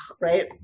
right